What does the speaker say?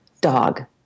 dog